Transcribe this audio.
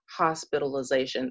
hospitalizations